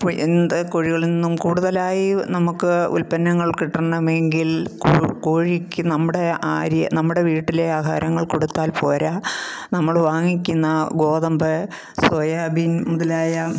ഇപ്പോൾ എന്ത് കോഴികളിൽ നിന്നും കൂടുതലായി നമുക്ക് ഉൽപ്പന്നങ്ങൾ കിട്ടണമെങ്കിൽ കോഴിക്ക് നമ്മുടെ ആര്യ നമ്മുടെ വീട്ടിലെ ആഹാരങ്ങൾ കൊടുത്താൽ പോര നമ്മള് വാങ്ങിക്കുന്ന ഗോതമ്പ് സോയാ ബീൻ മുതലായ